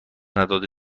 نداده